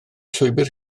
llwybr